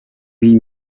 huit